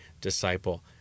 disciple